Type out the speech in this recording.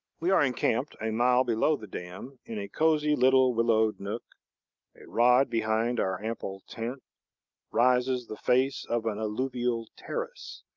we are encamped a mile below the dam, in a cozy little willowed nook a rod behind our ample tent rises the face of an alluvial terrace,